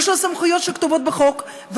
יש לה סמכויות שכתובות בחוק,